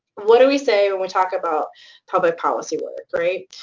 what do we say when we talk about public policy work, right?